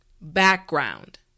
background